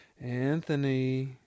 Anthony